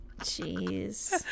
Jeez